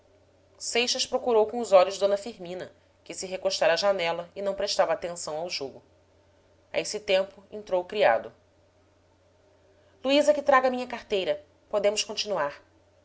seixas procurou com os olhos d firmina que se recostara à janela e não prestava atenção ao jogo a esse tempo entrou o criado luísa que traga minha carteira podemos continuar